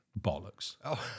Bollocks